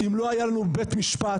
אם לא היה לנו בית משפט,